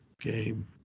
game